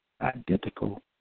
identical